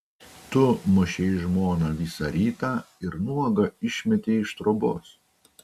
tu mušei žmoną visą rytą ir nuogą išmetei iš trobos